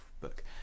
book